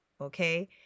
Okay